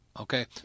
Okay